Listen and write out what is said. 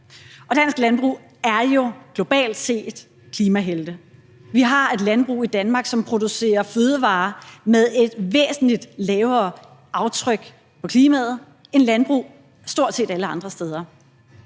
dansk landbrug er jo globalt set klimahelte. Vi har et landbrug i Danmark, som producerer fødevarer med et væsentlig lavere aftryk på klimaet end landbrug stort set alle andre steder.